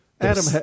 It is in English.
Adam